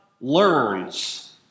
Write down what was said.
learns